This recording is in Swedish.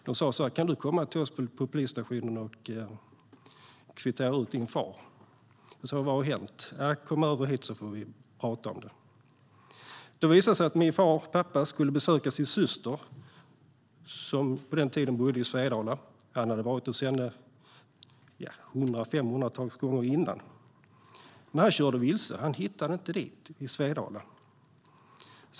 De sa: Kan du komma till oss på polisstationen och kvittera ut din far? Jag frågade vad som hade hänt. Kom över hit, så får vi prata om det, sa polisen. Det visade sig att min pappa skulle besöka sin syster som på den tiden bodde i Svedala. Han hade varit hos henne hundratals gånger tidigare, men nu körde han vilse i Svedala. Han hittade inte dit.